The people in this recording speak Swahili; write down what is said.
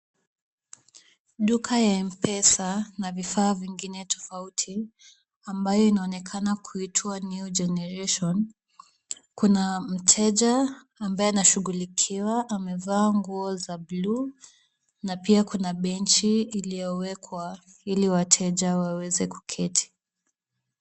Duka ya Mpesa na vifaa vingine tafauti amabayo inaonekana kuitwa New Generation. Kuna mteja ambaye anashughulikiwa amevaa nguo za bluu na pia kuna benchi iliowekwa ili wateja waweze kuketi.